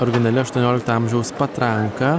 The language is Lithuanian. originali aštuoniolikto amžiaus patranka